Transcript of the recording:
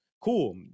Cool